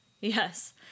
Yes